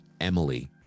Emily